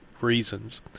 reasons